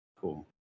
cool